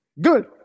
Good